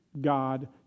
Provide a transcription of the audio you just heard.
God